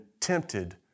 tempted